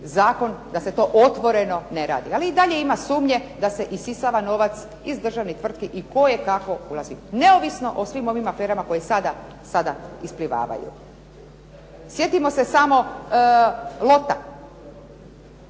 zakon da se to otvoreno ne radi. Ali i dalje ima sumnje da se isisava novac iz državnih tvrtki i kojekakvo …/Govornica se ne razumije./…, neovisno o svim ovim aferama koje sada isplivavaju. Sjetimo se samo lota,